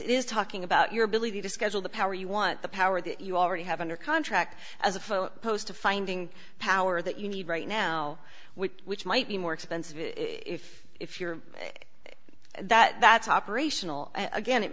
is talking about your ability to schedule the power you want the power that you already have under contract as a post to finding power that you need right now which which might be more expensive if if you're that that